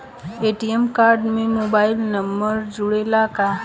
ATM card में mobile number जुरेला का?